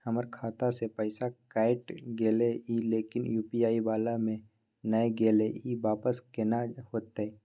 हमर खाता स पैसा कैट गेले इ लेकिन यु.पी.आई वाला म नय गेले इ वापस केना होतै?